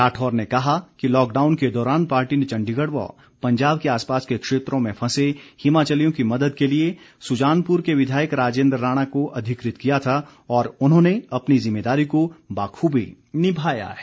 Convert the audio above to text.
राठौर ने कहा कि लॉकडाउन के दौरान पार्टी ने चंडीगढ़ व पंजाब के आसपास के क्षेत्रों में फंसे हिमाचलियों की मद्द के लिए सुजानपुर के विधायक राजेन्द्र राणा को अधिकृत किया था और उन्होंने अपनी जिम्मेदारी को बाखूबी निभाया है